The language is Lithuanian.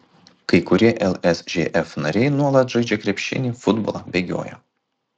kai kurie lsžf nariai nuolat žaidžia krepšinį futbolą bėgioja